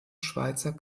schweizer